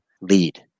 lead